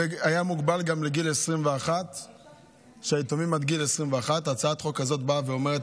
וזה היה מוגבל גם ליתומים עד גיל 21. הצעת החוק הזאת באה ואומרת,